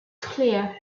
clear